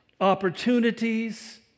opportunities